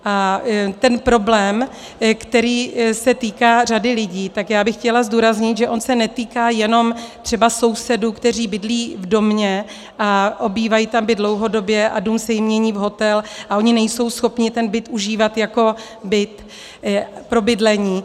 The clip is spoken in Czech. A ten problém, který se týká řady lidí, tak já bych chtěla zdůraznit, že on se netýká jenom třeba sousedů, kteří bydlí v domě a obývají tam byt dlouhodobě a dům se jim mění v hotel a oni nejsou schopni ten byt užívat jako byt pro bydlení.